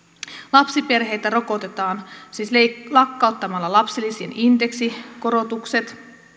lapsiperheitä rokotetaan siis lakkauttamalla lapsilisien indeksikorotukset